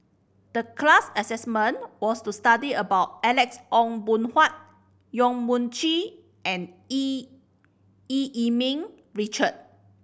the class assignment was to study about Alex Ong Boon Hau Yong Mun Chee and Eu Eu Yee Ming Richard